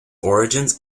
origins